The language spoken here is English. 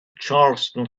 charleston